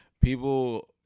people